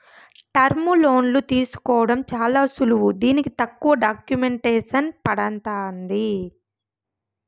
టర్ములోన్లు తీసుకోవడం చాలా సులువు దీనికి తక్కువ డాక్యుమెంటేసన్ పడతాంది